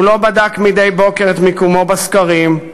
הוא לא בדק מדי בוקר את מיקומו בסקרים,